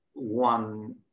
One